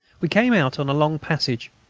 we came out on a long passage,